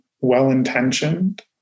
well-intentioned